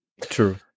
True